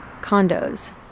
condos